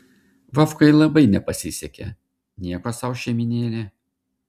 vovkai labai nepasisekė nieko sau šeimynėlė